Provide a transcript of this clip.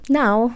now